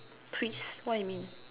twist what you mean